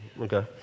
Okay